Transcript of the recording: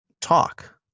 talk